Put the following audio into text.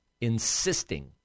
insisting